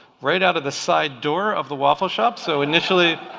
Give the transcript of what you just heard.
right out of the side door of the waffle shop. so initially